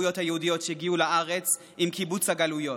שהגיעו לארץ עם קיבוץ הגלויות.